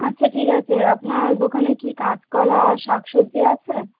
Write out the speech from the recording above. আচ্ছা ঠিক আছে আপনার দোকানে কি কাঁচকলা শাক সবজি আছে